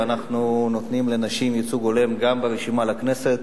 ואנחנו נותנים לנשים ייצוג הולם גם ברשימה לכנסת.